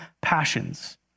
passions